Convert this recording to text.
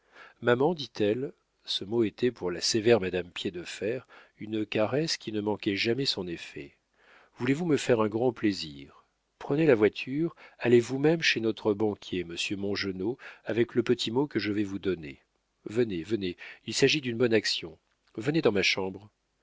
maman dit-elle ce mot était pour la sévère madame piédefer une caresse qui ne manquait jamais son effet voulez-vous me faire un grand plaisir prenez la voiture allez vous-même chez notre banquier monsieur mongenod avec le petit mot que je vais vous donner venez venez il s'agit d'une bonne action venez dans ma chambre